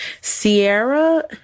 Sierra